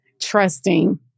trusting